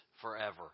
forever